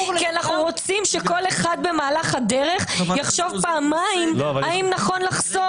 כי אנחנו רוצים שכל אחד במהלך הדרך יחשוב פעמיים האם נכון לחשוף.